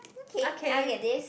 okay